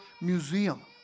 Museum